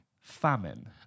Famine